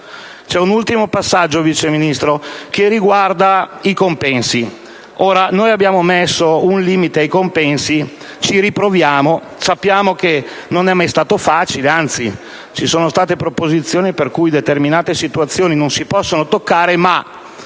C'è un ultimo passaggio, Vice Ministro, che riguarda i compensi. Voi abbiamo già stato posto un limite ai compensi: ci riproviamo; sappiamo che non è mai stato facile e che, anzi, ci sono state proposizioni per cui determinate situazioni non si possono toccare, ma